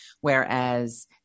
whereas